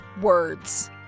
words